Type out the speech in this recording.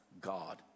God